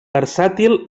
versàtil